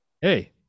Hey